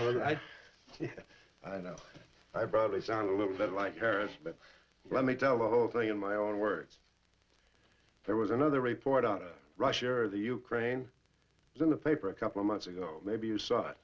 right i know i probably sound a little bit like paris but let me tell the whole thing in my own words there was another report out of russia or the ukraine in the paper a couple of months ago maybe you saw it